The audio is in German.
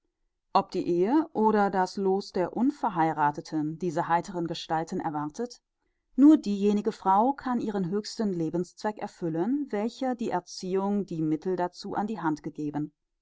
ob die ehe oder das loos der unverheiratheten diese heiteren gestalten erwartet nur diejenige frau kann ihren höheren lebenszweck erfüllen welcher die erziehung die mittel dazu an die hand gegeben